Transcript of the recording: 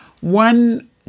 One